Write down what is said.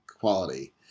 quality